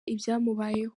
ibyamubayeho